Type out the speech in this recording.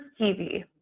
TV